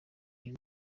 iyi